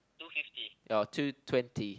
or two twenty